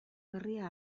berria